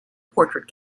portrait